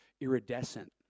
iridescent